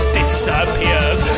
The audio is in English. disappears